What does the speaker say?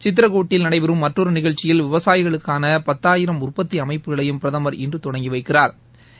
சித்ரகோட்டில் நடைபெறும் மற்றொரு நிகழ்ச்சியில் விவசாயிகளுக்கான பத்தாயிரம் உற்பத்தி அமைப்புகளையும் பிரதமா் இன்று தொடங்கி வைக்கிறாா்